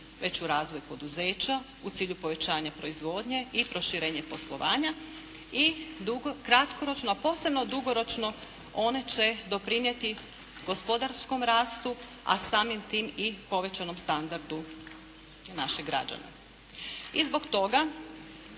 već u razvoj poduzeća, u cilju povećanja proizvodnje i proširenje poslovanja i kratkoročno a posebno dugoročno one će doprinijeti gospodarskom rastu a samim tim i povećanom standardu naših građana. I zbog toga